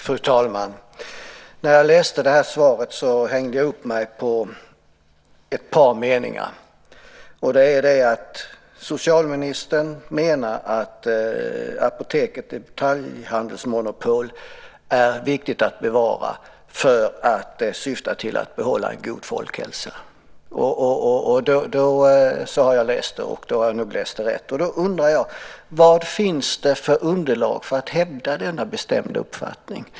Fru talman! När jag läste det här svaret hängde jag upp mig på ett par meningar. Socialministern menar att det är viktigt att bevara Apotekets detaljhandelsmonopol för att det syftar till att behålla en god folkhälsa. Så har jag läst det, och då har jag nog läst rätt. Då undrar jag: Vad finns det för underlag för att hävda denna bestämda uppfattning?